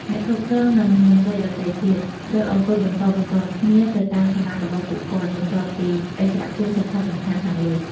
អ្នកគ្រប់គ្រង និងមន្ត្រីដទៃទៀត ត្រូវអង្គុយបន្តបន្ទាប់គ្នាទៅតាមឋានៈរបស់ពួកគាត់ បន្ទាប់ពីឥស្សរជនសំខាន់ៗខាងលើ។